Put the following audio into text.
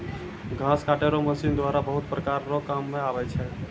घास काटै रो मशीन द्वारा बहुत प्रकार रो काम मे आबै छै